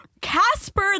casper